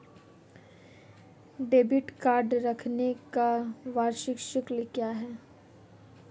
Debit card रखने का वार्षिक शुल्क क्या है?